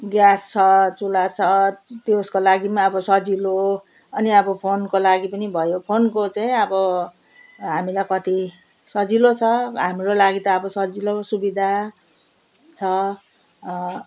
gas छ चुल्हा छ त्यसको लागि पनि अब सजिलो अनि अब फोनको लागि पनि भयो फोनको चाहिँ अब हामीलाई कति सजिलो छ हाम्रो लागि त अब सजिलो सुविधा छ